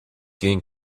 gain